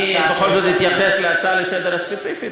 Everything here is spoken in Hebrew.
אני בכל זאת אתייחס להצעה לסדר-היום הספציפית,